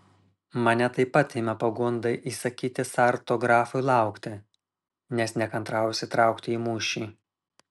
mane taip pat ima pagunda įsakyti sarto grafui laukti nes nekantrauju įsitraukti į mūšį